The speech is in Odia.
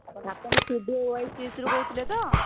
ଆପଣ ଷ୍ଟୁଡ଼ିଓ ରୁ କହୁଥିଲେ ତ